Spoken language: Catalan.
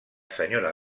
senyora